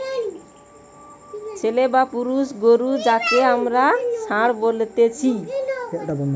ছেলে বা পুরুষ গরু যাঁকে আমরা ষাঁড় বলতেছি